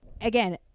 Again